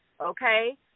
okay